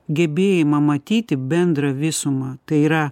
gebėjimą matyti bendrą visumą tai yra